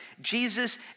Jesus